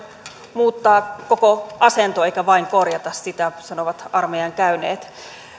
muuttaa koko asento eikä vain korjata sitä sanovat armeijan käyneet